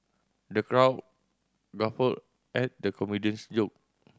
the crowd guffawed at the comedian's joke